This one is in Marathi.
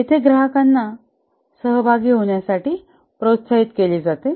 येथे ग्राहकांना सहभागी होण्यासाठी प्रोत्साहित केले जाते